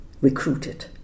recruited